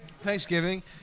Thanksgiving